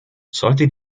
sollte